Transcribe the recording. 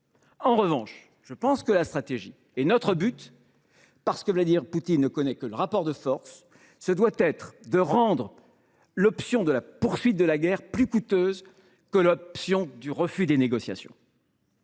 En revanche, notre stratégie et notre but, puisque Vladimir Poutine ne connaît que le rapport de force, doivent être de rendre l’option de la poursuite de la guerre plus coûteuse que celle du refus des négociations.